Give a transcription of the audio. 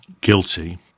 guilty